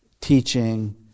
teaching